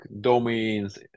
domains